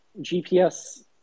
GPS